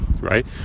right